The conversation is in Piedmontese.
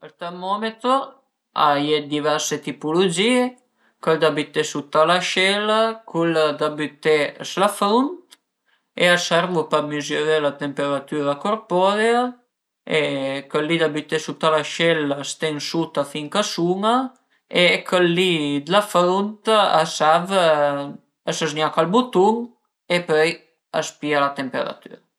Ël termometro a ie dë diverse tipulogìe, chël da büté sut a l'ascella, cul da büté s'la frunt e a servu për mizuré la temperatüra corporea e chël li da büté sut a l'ascella a s'ten suta fin ch'a sun-a e chël li d'la frunt a serv a së zgnaca ël butun e pöi a së pìa la temperatüra